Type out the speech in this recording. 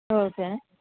okay